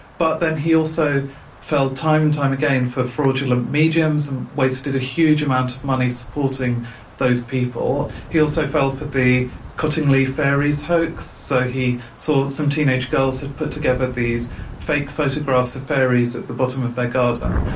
but then he also fell time and time again for fraudulent mediums and a wasted a huge amount of money supporting those people. he also fell for the cottingley fairies hoax, so he saw some teenage girls had put together these fake photographs of fairies at the bottom of their garden,